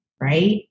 right